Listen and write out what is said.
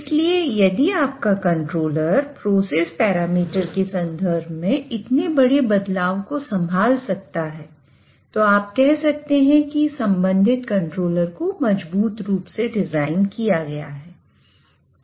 इसलिए यदि आपका कंट्रोलर प्रोसेस पैरामीटर्स के संदर्भ में इतने बड़े बदलाव को संभाल सकता है तो आप कह सकते हैं कि संबंधित कंट्रोलर को मजबूत रूप से डिजाइन किया गया है